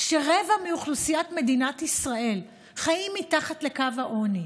שרבע מאוכלוסיית מדינת ישראל חיה מתחת לקו העוני,